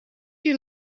you